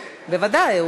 בוודאי.